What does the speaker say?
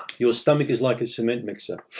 your stomach is like a cement mixer.